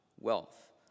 wealth